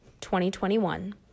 2021